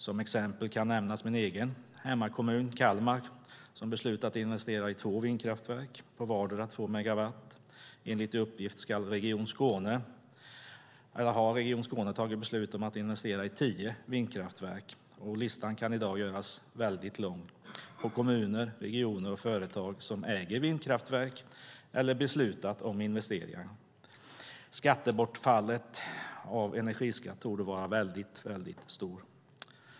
Som exempel kan nämnas min egen hemkommun Kalmar, som beslutat investera i två vindkraftverk på vardera två megawatt. Enligt uppgift har region Skåne tagit beslut om att investera i tio vindkraftverk. Listan kan i dag göras väldigt lång på kommuner, regioner och företag som äger vindkraftverk eller beslutat om investeringar. Skattebortfallet av energiskatt torde vara väldigt stort.